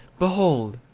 behold!